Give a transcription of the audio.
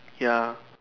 ya